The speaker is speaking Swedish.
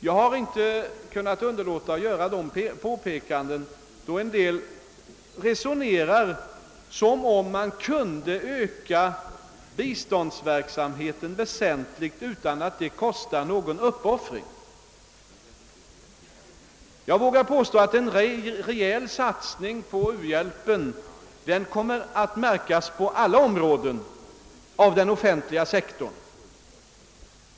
Jag har inte kunnat underlåta att göra detta påpekande, eftersom somliga resonerar som om man kunde öka biståndsverksamheten väsentligt utan att det medför någon uppoffring. Jag vågar påstå att en rejäl satsning på u-hjälpen kommer att märkas på alla områden av den offentliga sektorn.